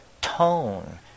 tone